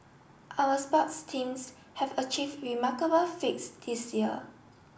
our sports teams have achieved remarkable feats this year